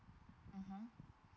mmhmm